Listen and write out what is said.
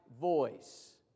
voice